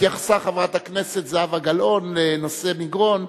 התייחסה חברת הכנסת זהבה גלאון לנושא מגרון,